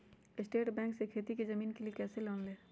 State Bank से खेती की जमीन के लिए कैसे लोन ले?